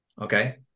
okay